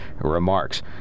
remarks